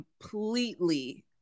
completely